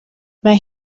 mae